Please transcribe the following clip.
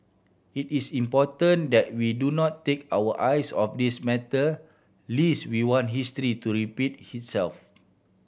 it is important that we do not take our eyes off this matter lest we want history to repeat himself